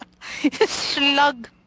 Slug